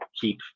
keep